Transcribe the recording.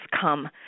come